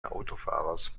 autofahrers